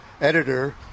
editor